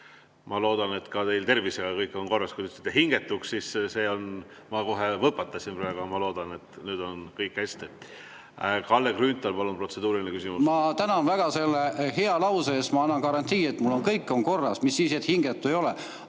Ma loodan, et teil on ka tervisega kõik korras. Kui te ütlesite "hingetuks", siis ma kohe võpatasin. Aga ma loodan, et nüüd on kõik hästi. Kalle Grünthal, palun! Protseduuriline küsimus. Ma tänan väga selle hea lause eest. Ma annan garantii, et mul on kõik korras, mis siis, et hingetu ei ole.